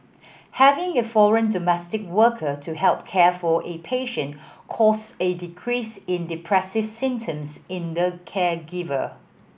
having a foreign domestic worker to help care for a patient caused a decrease in depressive symptoms in the caregiver